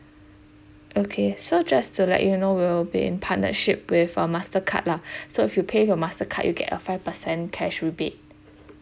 okay so just to let you know we'll be in partnership with um mastercard lah so if you pay with mastercard you get a five percent cash rebate